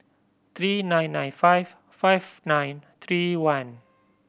three nine nine five five nine three one